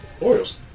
Orioles